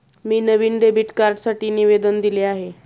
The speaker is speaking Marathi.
मी नवीन डेबिट कार्डसाठी निवेदन दिले आहे